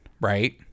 right